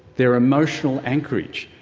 their emotional anchorage,